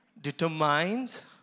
determines